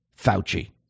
Fauci